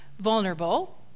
vulnerable